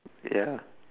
yeah